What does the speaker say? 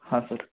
हां सर